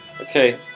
Okay